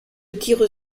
tire